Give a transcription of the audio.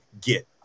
get